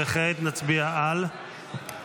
וכעת נצביע על?